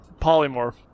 Polymorph